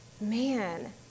man